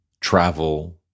travel